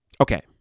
Okay